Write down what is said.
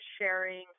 sharing